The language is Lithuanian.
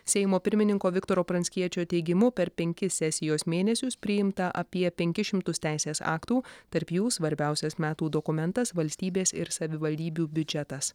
seimo pirmininko viktoro pranckiečio teigimu per penkis sesijos mėnesius priimta apie penkis šimtus teisės aktų tarp jų svarbiausias metų dokumentas valstybės ir savivaldybių biudžetas